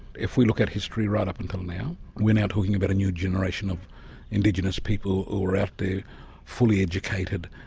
if we look at history right up until now, we are now talking about a new generation of indigenous people who are out there fully educated,